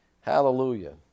Hallelujah